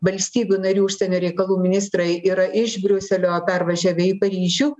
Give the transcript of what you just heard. valstybių narių užsienio reikalų ministrai yra iš briuselio pervažiavę į paryžių